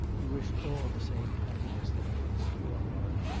you wish all the same happiness that fills your heart.